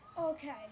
Okay